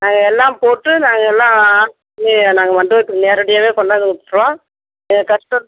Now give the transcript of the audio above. நாங்கள் எல்லாம் போட்டு நாங்கள் எல்லாம் நாங்கள் மண்டபத்துக்கு நேரடியாகவே கொண்டாந்து கொடுத்துருவோம் நீங்கள் கஷ்டம்